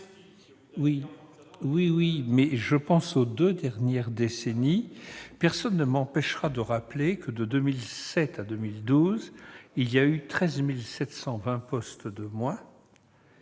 avez sous-investi ! Je pense aux deux dernières décennies. Personne ne m'empêchera de rappeler que, de 2007 à 2012, il y a eu 13 720 postes de moins,